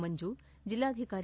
ಮಂಜು ಜಿಲ್ಲಾಧಿಕಾರಿ